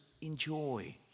enjoy